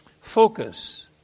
Focus